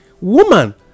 woman